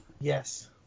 Yes